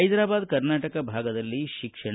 ಹೈದ್ರಾಬಾದ ಕರ್ನಾಟಕ ಭಾಗದಲ್ಲಿ ಶಿಕ್ಷಣ